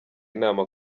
inama